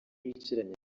bicaranye